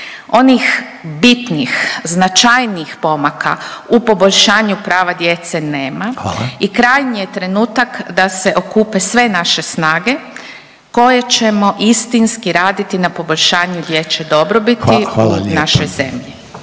onih bitnih, značajnijih pomaka u poboljšanju prava djece nema … …/Upadica Reiner: Hvala./… … i krajnji je trenutak da se okupe sve naše snage koje ćemo istinski raditi na poboljšanju dječje dobrobiti … …/Upadica